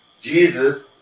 Jesus